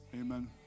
Amen